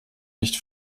nicht